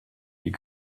you